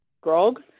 grog